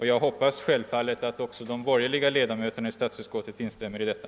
Jag hoppas självfallet att också de borgerliga ledamöterna i statsutskottet instämmer i detta.